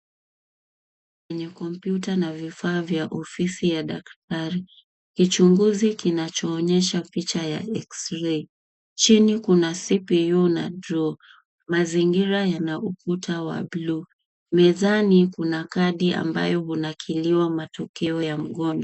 Kwenye kompyuta na vifaa vya ofisi ya daktari kichunguzi kinachoonyesha picha ya x-ray chini kuna cpu na juu mazingira yana ukuta wa buluu mezani kuna kadi ambayo hunakiliwa matukio ya mgonjwa.